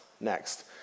next